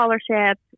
scholarship